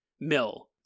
mill